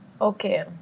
Okay